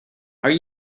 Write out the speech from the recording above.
are